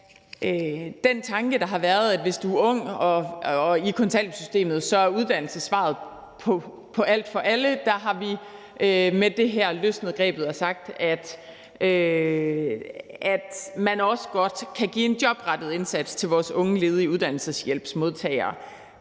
den tanke, der har været, om, at hvis du er ung og er i kontanthjælpssystemet, er uddannelse svaret på alt for alle, har vi med det her løsnet grebet og sagt, at man også godt kan give en jobrettet indsats til vores unge ledige uddannelseshjælpsmodtagere,